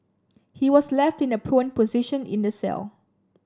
he was left in a prone position in the cell